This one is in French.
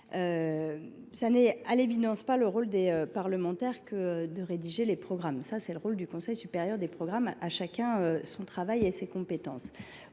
ce n’est à l’évidence pas le rôle des parlementaires que de rédiger les programmes : ce rôle incombe au Conseil supérieur des programmes. À chacun son travail et ses compétences